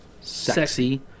sexy